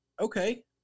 Okay